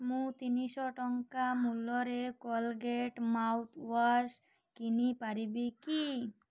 ମୁଁ ତିନିଶହ ଟଙ୍କା ମୂଲ୍ୟର କୋଲଗେଟ୍ ମାଉଥ୍ୱାଶ୍ କିଣି ପାରିବି କି